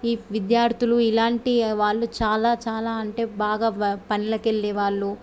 ఈ విద్యార్థులు ఇలాంటి వాళ్ళు చాలా చాలా అంటే బాగా పనులకి వెళ్ళే వాళ్ళు